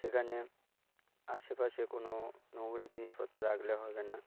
সেখানে আশেপাশে কোনো নোংরা জিনিসপত্র রাখলে হবে না